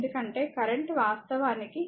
ఎందుకంటే కరెంట్ వాస్తవానికి